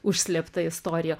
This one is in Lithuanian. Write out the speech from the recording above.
užslėptą istoriją